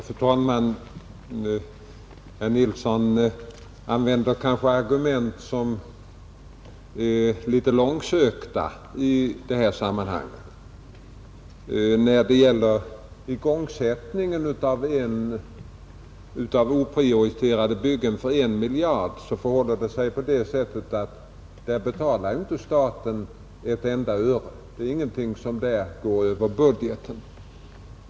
Fru talman! Herr Nilsson i Agnäs använde argument som i detta sammanhang är en aning långsökta. När det gäller igångsättningen av oprioriterade byggen för en miljard förhåller det sig så att staten där inte betalar ett enda öre; det är ingenting som går över budgeten.